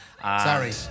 Sorry